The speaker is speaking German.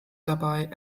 dabei